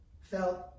felt